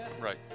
Right